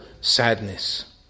sadness